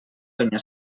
penya